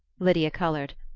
lydia colored.